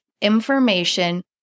information